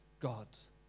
God's